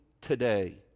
today